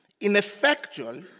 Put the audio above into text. ineffectual